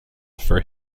for